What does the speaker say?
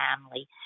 family